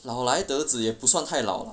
老来得子也不算太老 lah